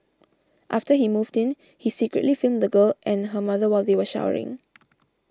after he moved in he secretly filmed the girl and her mother while they were showering